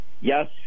Yes